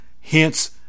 Hence